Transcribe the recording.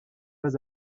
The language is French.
pas